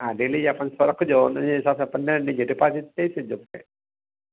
हा डेली जा पंज सौ रखिजो उन जे हिसाब सां पंद्रहंनि ॾींहंनि जी डीपोजिट ॾई छॾिजो मूंखे